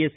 S